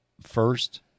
first